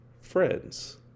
friends